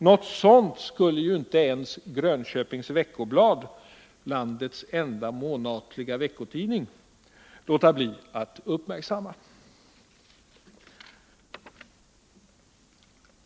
Något sådant skulle inte ens Grönköpings Veckoblad, landets enda månatliga veckotidning, kunna låta bli att uppmärksamma.